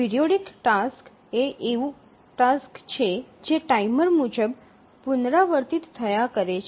periodic task એ એક એવું ટાસ્ક છે જે ટાઈમર મુજબ પુનરાવર્તિત થયા કરે છે